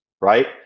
right